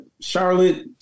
Charlotte